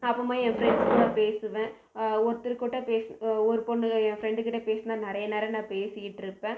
அப்புறமா என் பிரெண்ட்ஸ்கிட்ட பேசுவேன் ஒருத்தருக்கிட்ட பேசுவேன் ஒரு பொண்ணு ஒரு என் பிரெண்ட் கிட்ட பேசுனாள் நிறைய நேரம் நான் பேசிக்கிட்டு இருப்பேன்